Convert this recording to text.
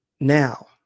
Now